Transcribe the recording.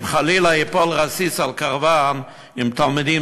אם חלילה ייפול רסיס על קרוון עם תלמידים,